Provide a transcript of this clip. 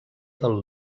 del